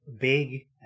big